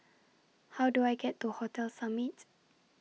How Do I get to Hotel Summits